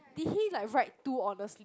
did he like write too honestly